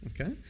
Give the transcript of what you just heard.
okay